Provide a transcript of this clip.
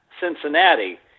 Cincinnati